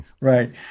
Right